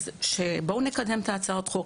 בואו נקדם את הצעת החוק,